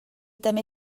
també